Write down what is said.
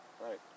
right